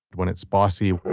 when it's bossy,